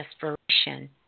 desperation